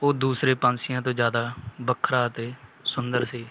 ਉਹ ਦੂਸਰੇ ਪੰਛੀਆਂ ਤੋਂ ਜ਼ਿਆਦਾ ਵੱਖਰਾ ਅਤੇ ਸੁੰਦਰ ਸੀ